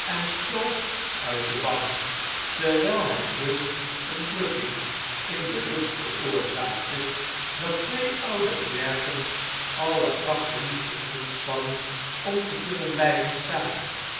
stool uit de bank terwijl hy zulk een drukking in de lucht veroorzaakte dat twee oude klerken alle krachten moesten inspannen om te kunnen blyven staan